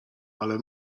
ale